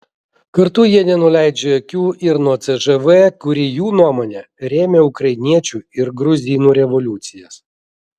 kartu jie nenuleidžia akių ir nuo cžv kuri jų nuomone rėmė ukrainiečių ir gruzinų revoliucijas